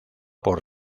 por